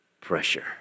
pressure